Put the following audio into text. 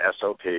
SOP